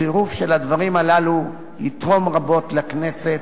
צירוף של הדברים האלה יתרום רבות לכנסת,